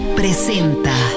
presenta